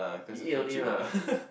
you eat only lah